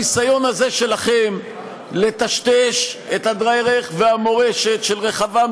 הניסיון הזה שלכם לטשטש את הדרך והמורשת של רחבעם